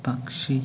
പക്ഷി